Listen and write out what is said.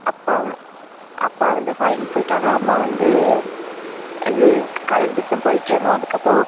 அப்பா அப்பா வந்து ஃபாரின் போயிட்டாங்க அம்மா வந்து இது காலேஜ் பஸ்ஸில் தான் போயிட்டிருந்தோம் அதுக்கப்புறம்